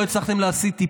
לא הצלחתם להסיט,